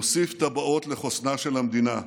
נוסיף טבעות לחוסנה של המדינה,